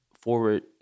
forward